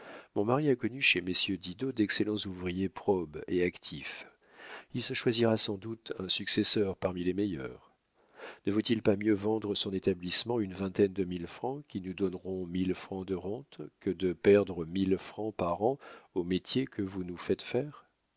mon mari a connu chez messieurs didot d'excellents ouvriers probes et actifs il se choisira sans doute un successeur parmi les meilleurs ne vaut-il pas mieux vendre son établissement une vingtaine de mille francs qui nous donneront mille francs de rente que de perdre mille francs par an au métier que vous nous faites faire